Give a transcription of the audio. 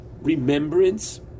Remembrance